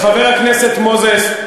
חבר הכנסת מוזס,